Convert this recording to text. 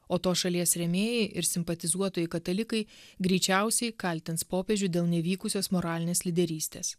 o tos šalies rėmėjai ir simpatizuotojai katalikai greičiausiai kaltins popiežių dėl nevykusios moralinės lyderystės